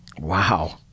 Wow